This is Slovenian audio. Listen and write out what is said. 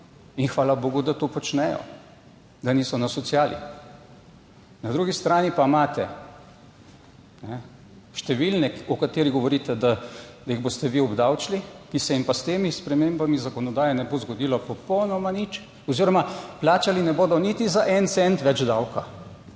in hvala bogu, da to počnejo, da niso na sociali. **35. TRAK (VI) 11.50** (nadaljevanje) Na drugi strani pa imate ne številne o katerih govorite, da jih boste vi obdavčili, ki se jim pa s temi spremembami zakonodaje ne bo zgodilo popolnoma nič oziroma plačali ne bodo niti za en cent več davka.